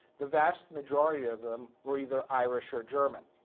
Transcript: the vast majority of them were either irish or german.